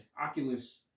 Oculus